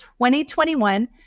2021